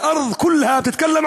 האדמה כולה מדברת